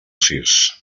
sis